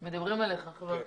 בבקשה.